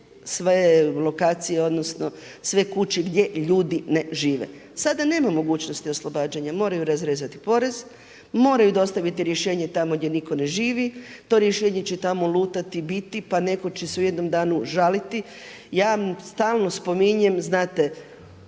sve lokacije, odnosno sve kuće gdje ljudi ne žive. Sada nema mogućnosti oslobađanja, moraju razrezati porez, moraju dostaviti rješenje tamo gdje nitko ne živi. To rješenje će tamo lutati, biti, pa netko će se u jednom danu žaliti. Ja mu stalno spominjem, znate